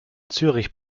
zürich